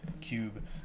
cube